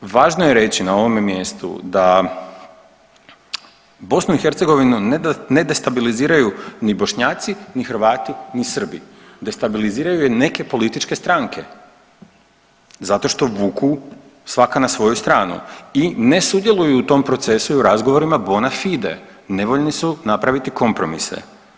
I isto tako važno je reći na ovome mjestu da BiH ne destabiliziraju ni Bošnjaci, ni Hrvati, ni Srbi, destabiliziraju ju neke političke stranke zato što vuku svaka na svoju stranu i ne sudjeluju u tom procesu i u razgovorima bona fide, nevoljni su napraviti kompromise.